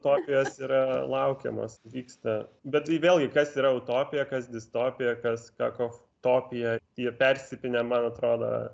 utopijos yra laukiamos vyksta bet ir vėlgi kas yra utopija kas distopija kas kakotopija jie persipynę man atrodo